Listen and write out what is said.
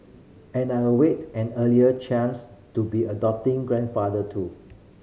and I await an earlier chance to be a doting grandfather too